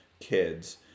kids